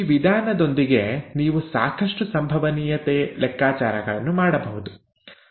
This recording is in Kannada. ಈ ವಿಧಾನದೊಂದಿಗೆ ನೀವು ಸಾಕಷ್ಟು ಸಂಭವನೀಯತೆ ಲೆಕ್ಕಾಚಾರಗಳನ್ನು ಮಾಡಬಹುದು